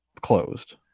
closed